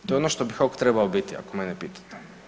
To je ono što bi HOK trebao biti, ako mene pitate.